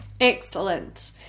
Excellent